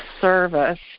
service